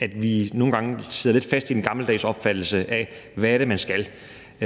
at vi nogle gange sidder lidt fast i den gammeldags opfattelse af, hvad det er man skal